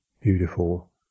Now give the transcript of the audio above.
beautiful